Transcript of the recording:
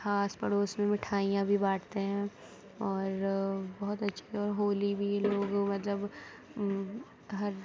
آس پڑوس میں مٹھائیاں بھی بانٹتے ہیں اور بہت اچھی اور ہولی بھی لوگ مطلب ہر